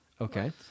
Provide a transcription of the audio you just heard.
Okay